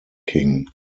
king